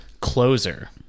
closer